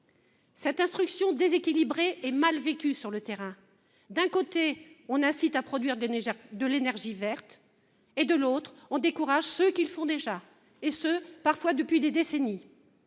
Cette instruction déséquilibrée est mal vécue sur le terrain : d’un côté, on incite à produire de l’énergie verte ; de l’autre, on décourage ceux qui le font déjà, et ce parfois depuis des décennies.